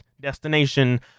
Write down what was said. Destination